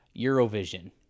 Eurovision